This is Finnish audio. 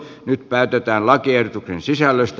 nyt päätetään lakiehdotuksen sisällöstä